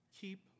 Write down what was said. keep